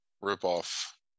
rip-off